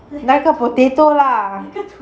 那个 potato lah